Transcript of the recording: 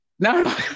No